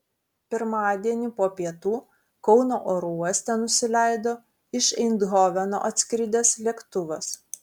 pirmadienį po pietų kauno oro uoste nusileido iš eindhoveno atskridęs lėktuvas